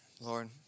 Lord